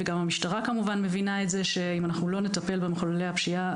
וגם המשטרה כמובן מבינה את זה שאם אנחנו לא נטפל במחוללי הפשיעה,